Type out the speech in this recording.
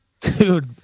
dude